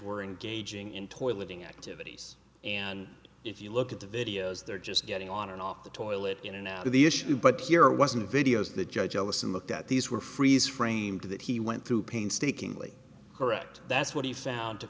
were engaging in toileting activities and if you look at the videos they're just getting on and off the toilet in and out of the issue but here wasn't videos the judge ellison looked at these were freeze framed that he went through painstakingly correct that's what he found